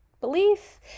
belief